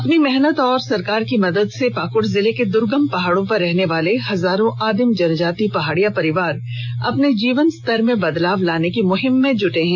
अपनी मेहनत और सरकार की मदद से पाक्ड़ जिले के दुर्गम पहाड़ों पर रहने वाले हजारों आदिम जनजाति पहाड़िया परिवार अपने जीवन स्तर में बदलाव लाने की मुहिम में जुटे हए है